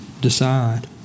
decide